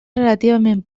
relativament